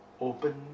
Open